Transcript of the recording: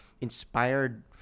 inspired